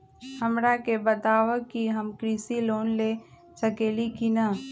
हमरा के बताव कि हम कृषि लोन ले सकेली की न?